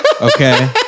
Okay